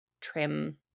trim